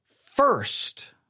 first